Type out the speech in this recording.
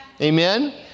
Amen